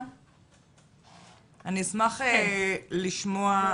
אני אשמח לשמוע,